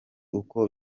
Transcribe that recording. uko